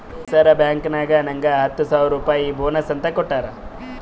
ಈ ಸರಿ ಬ್ಯಾಂಕ್ನಾಗ್ ನಂಗ್ ಹತ್ತ ಸಾವಿರ್ ರುಪಾಯಿ ಬೋನಸ್ ಅಂತ್ ಕೊಟ್ಟಾರ್